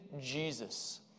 Jesus